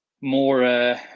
more